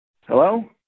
Hello